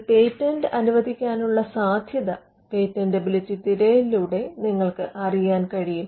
ഒരു പേറ്റന്റ് അനുവദിക്കാനുള്ള സാധ്യത പേറ്റന്റബിലിറ്റി തിരയലിലൂടെ നിങ്ങൾക്ക് അറിയാൻ കഴിയും